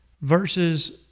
versus